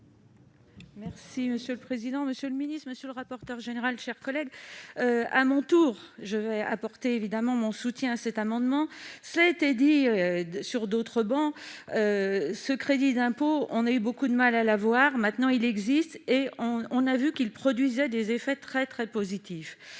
Merci monsieur le président, monsieur le ministre, monsieur le rapporteur général, chers collègues, à mon tour je vais apporter évidemment mon soutien à cet amendement, ça a été dit sur d'autres bancs ce crédit d'impôt, on a eu beaucoup de mal à l'avoir maintenant il existe et on a vu qu'il produisait des effets très très positif,